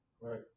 Right